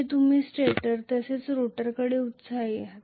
हे दोन्ही स्टेटर तसेच रोटरकडून एक्सायटेड आहे